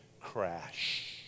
crash